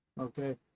okay